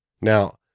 Now